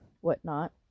whatnot